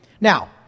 Now